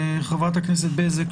חברת הכנסת בזק,